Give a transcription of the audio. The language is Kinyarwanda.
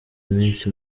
iminsi